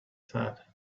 said